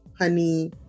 honey